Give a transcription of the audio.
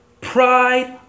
Pride